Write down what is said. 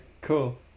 cool